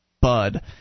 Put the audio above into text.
bud